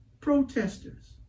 protesters